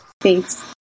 Thanks